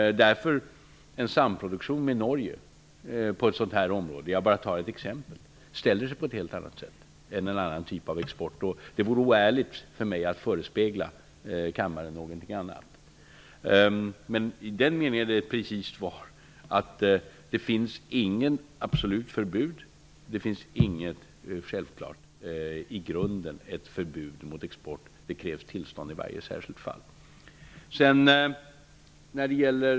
Därför är en samproduktion med t.ex. Norge på ett sådant område någonting helt annat än andra typer av export. Det vore oärligt av mig att förespegla kammaren någonting annat. Det är ett precist svar i den meningen att det i grunden inte finns något absolut förbud mot export, men det krävs tillstånd vid varje enskilt tillfälle.